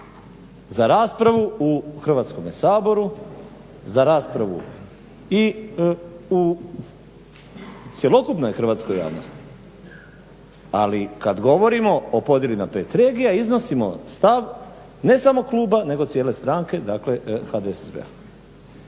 za raspravu u Hrvatskome saboru, za raspravu i u cjelokupnoj hrvatskoj javnosti. Ali kad govorimo o podjeli na pet regija iznosimo stav ne samo kluba, nego cijele stranke, dakle HDSSB-a.